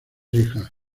hijas